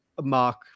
mark